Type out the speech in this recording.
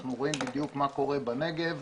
ואנחנו רואים בדיוק מה שקורה בנגב.